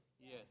Yes